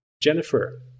Jennifer